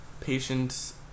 patience